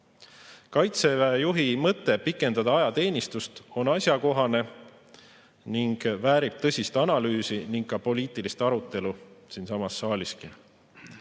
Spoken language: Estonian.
Kaitseväe juhi mõte pikendada ajateenistust on asjakohane ning väärib tõsist analüüsi ja poliitilist arutelu siinsamas saaliski.